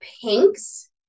pinks